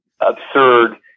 absurd